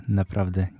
naprawdę